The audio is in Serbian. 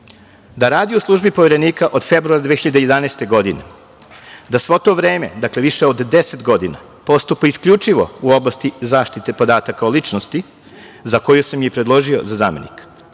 da radi u službi Poverenika od februara 2011. godine, da svo to vreme, dakle, više od 10 godina, postupa isključivo u oblasti zaštite podataka o ličnosti za koju sam i predložio za zamenika.